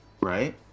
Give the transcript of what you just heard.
right